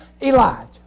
Elijah